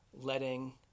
letting